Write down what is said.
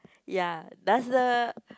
ya does the